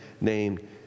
named